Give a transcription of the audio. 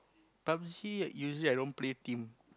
Pub-g usually I don't play team